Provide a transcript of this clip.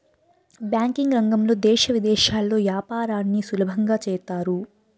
banking రంగంలో దేశ విదేశాల్లో యాపారాన్ని సులభంగా చేత్తారు